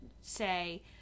say